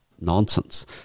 nonsense